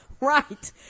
Right